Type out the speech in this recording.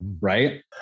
right